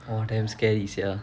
!wah! damn scary sia